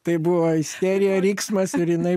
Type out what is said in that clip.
tai buvo isterija riksmas ir jinai buvo